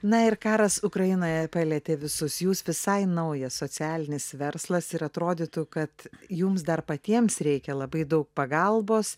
na ir karas ukrainoje palietė visus jūs visai naujas socialinis verslas ir atrodytų kad jums dar patiems reikia labai daug pagalbos